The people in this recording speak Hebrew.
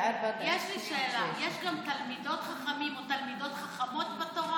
יש לי שאלה: יש גם תלמידות חכמים או תלמידות חכמות בתורה?